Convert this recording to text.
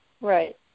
right